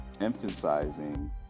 emphasizing